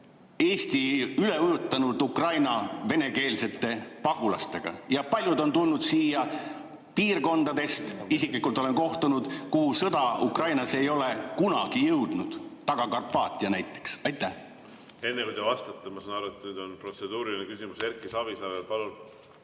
Eesti üle ujutanud Ukraina venekeelsete pagulastega? Paljud on tulnud siia piirkondadest – isiklikult olen nendega kohtunud –, kuhu sõda Ukrainas ei ole kunagi jõudnud, Taga-Karpaatiast näiteks. Enne kui te vastate, ma saan aru, et nüüd on protseduuriline küsimus Erki Savisaarel. Palun!